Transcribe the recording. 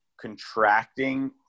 contracting